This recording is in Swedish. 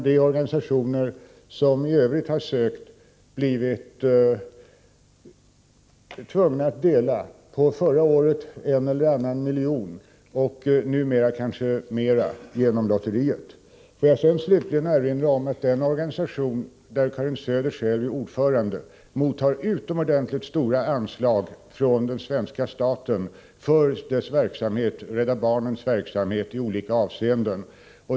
De organisationer som i övrigt har sökt bidrag har däremot förra året fått dela på endast en eller annan miljon vilket i år kanske blir något mer genom lotteriet. Får jag slutligen erinra om att den organisation där Karin Söder själv är ordförande, Rädda barnen, från den svenska staten mottar utomordentligt stora anslag för sin verksamhet i olika avseenden.